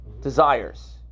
desires